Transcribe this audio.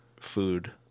food